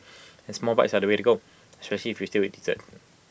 and small bites are the way to go if you still eat dessert